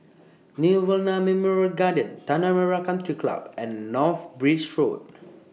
Nirvana Memorial Garden Tanah Merah Country Club and North Bridge Road